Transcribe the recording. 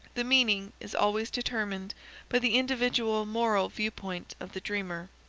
the meaning is always determined by the individual moral view-point of the dreamer.